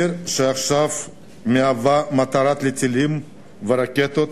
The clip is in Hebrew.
עיר שעכשיו מהווה מטרה לטילים ולרקטות